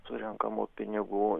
surenkamų pinigų